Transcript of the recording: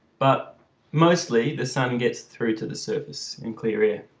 but mostly the sun gets through to the surface in clear